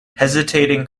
hesitating